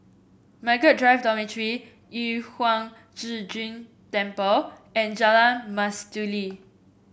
Mmargaret Drive Dormitory Yu Huang Zhi Zun Temple and Jalan Mastuli